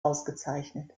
ausgezeichnet